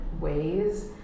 ways